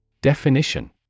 Definition